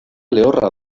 lehorra